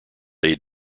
aid